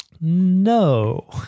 no